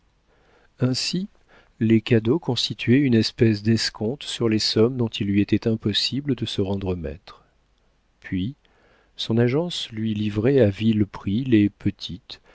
ainsi les cadeaux constituaient une espèce d'escompte sur les sommes dont il lui était impossible de se rendre maître puis son agence lui livrait à vil prix les petites